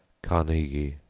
carnegie,